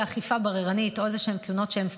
אכיפה בררנית או איזשהן תלונות שהן סתם,